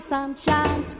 Sunshine